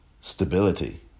stability